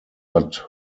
but